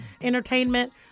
entertainment